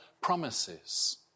promises